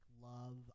love